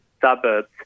suburbs